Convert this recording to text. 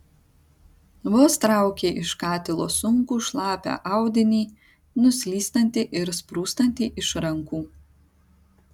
vos traukė iš katilo sunkų šlapią audinį nuslystantį ir sprūstantį iš rankų